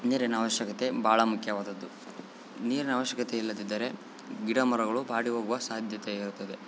ನೀರಿನ ಅವಶ್ಯಕತೆ ಭಾಳ ಮುಖ್ಯವಾದದ್ದು ನೀರಿನ ಅವಶ್ಯಕತೆ ಇಲ್ಲದಿದ್ದರೆ ಗಿಡ ಮರಗಳು ಬಾಡಿ ಹೋಗುವ ಸಾಧ್ಯತೆ ಇರುತ್ತದೆ